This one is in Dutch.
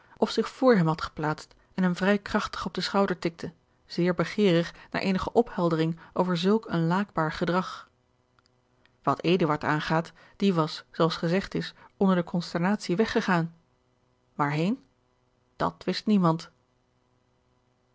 of zich voor hem had geplaatst en hem vrij krachtig op den schouder tikte zeer begeerig naar eenige opheldering over zulk een laakbaar gedrag wat eduard aangaat die was zoo als gezegd is onder de consternatie weggegaan waarheen dat wist niemand